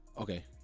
Okay